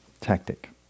tactic